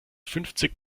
fünfzig